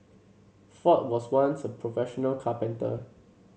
Ford was once a professional carpenter